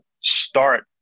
start